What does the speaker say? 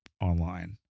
online